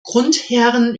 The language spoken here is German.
grundherren